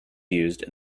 used